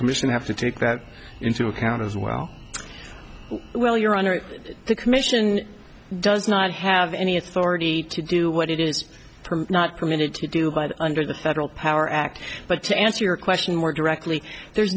commission have to take that into account as well well your honor the commission does not have any authority to do what it is not permitted to do but under the federal power act but to answer your question more directly there's